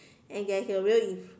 and there is a real inf~